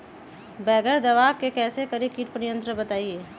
बगैर दवा के कैसे करें कीट पर नियंत्रण बताइए?